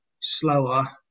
slower